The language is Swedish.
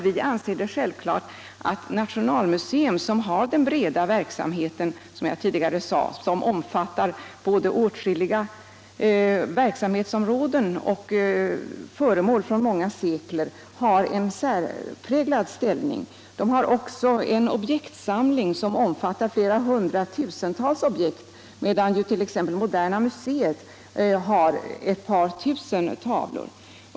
Vi anser det självklart att nationalmuscet, som har den breda verk samheten och omfattar åtskilliga verksamhetsområden och föremål från många sekler, har en särpräglad ställning. Detta muscums objektsamling omfattar hundratusentals objekt, medan t.ex. moderna museet har ett par tusen tavlor.